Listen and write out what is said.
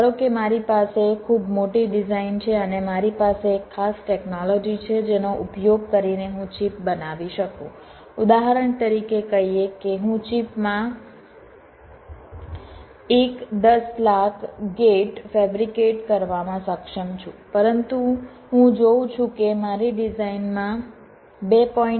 ધારો કે મારી પાસે ખૂબ મોટી ડિઝાઈન છે અને મારી પાસે એક ખાસ ટેકનોલોજી છે જેનો ઉપયોગ કરીને હું ચિપ બનાવી શકું ઉદાહરણ તરીકે કહીએ કે હું ચિપમાં 1 દસ લાખ ગેટ ફેબ્રિકેટ કરવામાં સક્ષમ છું પરંતુ હું જોઉં છું કે મારી ડિઝાઇનમાં 2